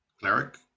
Cleric